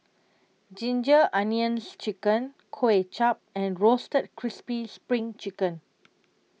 Ginger Onions Chicken Kuay Chap and Roasted Crispy SPRING Chicken